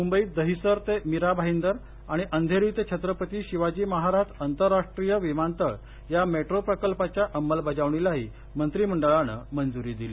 मुंबईत दहिसर ते मीरा भाईदर आणि अंधेरी ते छत्रपती शिवाजी महाराज आंतरराष्ट्रीय विमानतळ या मेट्रो प्रकल्पाच्या अंमलबजावणीलाही मंत्रिमंडळानं मंजरी दिली